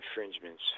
infringements